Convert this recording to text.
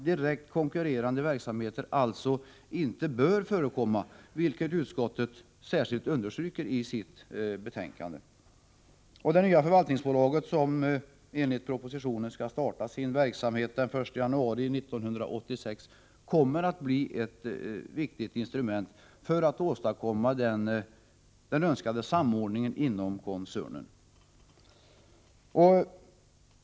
Direkt konkurrerande verksamhet skall alltså inte förekomma, vilket utskottet särskilt understryker i sitt betänkande. Det nya förvaltningsbolaget, som enligt propositionen skall starta sin verksamhet den 1 januari 1986, kommer att bli ett viktigt instrument för att åstadkomma den önskade samordningen inom koncernen.